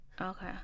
Okay